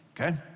okay